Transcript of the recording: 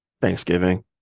Thanksgiving